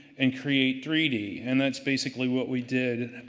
and create three d. and that's basically what we did.